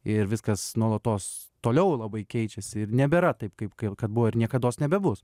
ir viskas nuolatos toliau labai keičiasi ir nebėra taip kaip kaip kad buvo ir niekados nebebus